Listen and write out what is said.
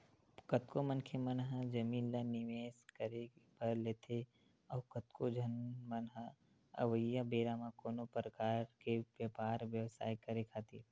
कतको मनखे मन ह जमीन ल निवेस करे बर लेथे अउ कतको झन मन ह अवइया बेरा म कोनो परकार के बेपार बेवसाय करे खातिर